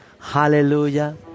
Hallelujah